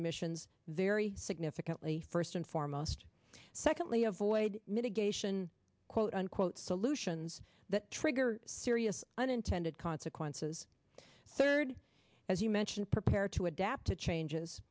emissions very significantly first and foremost secondly avoid mitigation quote unquote solutions that trigger serious unintended consequences third as you mentioned prepared to adapt to changes